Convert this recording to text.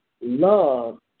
love